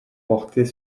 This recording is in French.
porter